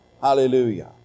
Hallelujah